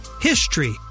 HISTORY